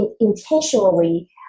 intentionally